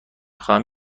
خواهم